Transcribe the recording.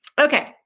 Okay